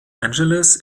angeles